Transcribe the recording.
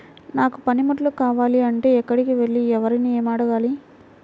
నాకు పనిముట్లు కావాలి అంటే ఎక్కడికి వెళ్లి ఎవరిని ఏమి అడగాలి?